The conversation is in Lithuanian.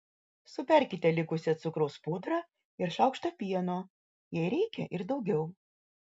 suberkite likusią cukraus pudrą ir šaukštą pieno jei reikia ir daugiau